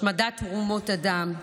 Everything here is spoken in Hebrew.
השמדת תרומות הדם.